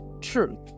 truth